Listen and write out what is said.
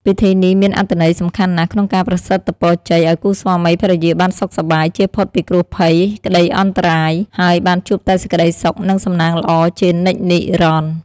ពិធីនេះមានអត្ថន័យសំខាន់ណាស់ក្នុងការប្រសិទ្ធិពរជ័យឱ្យគូស្វាមីភរិយាបានសុខសប្បាយ ចៀសផុតពីគ្រោះភ័យ ក្តីអន្តរាយ ហើយបានជួបតែសេចក្តីសុខ និងសំណាងល្អជានិច្ចនិរន្តរ៍ ។